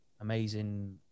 amazing